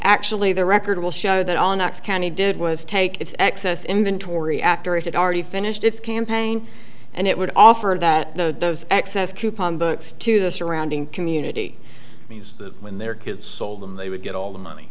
actually the record will show that all knox county did was take its excess inventory after it had already finished its campaign and it would offer that the excess coupon books to the surrounding community when their kids sold them they would get all the money